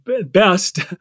best